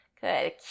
Good